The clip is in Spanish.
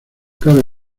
cabe